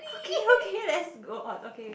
okay okay let's go on okay okay